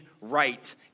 right